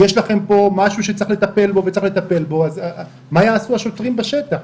יש לכם פה משהו שצריך לטפל בו אז מה יעשו השוטרים בשטח?